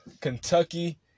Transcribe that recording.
Kentucky